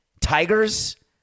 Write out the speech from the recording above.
Tigers